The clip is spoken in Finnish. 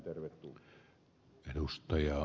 herra puhemies